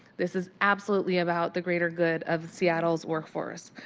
this is absolutely about the greater good of seattle's workforce.